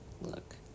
Look